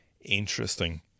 interesting